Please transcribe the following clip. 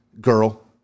Girl